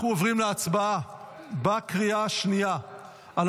אנחנו עוברים להצבעה בקריאה השנייה על